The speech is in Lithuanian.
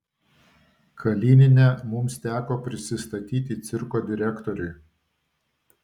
kalinine mums teko prisistatyti cirko direktoriui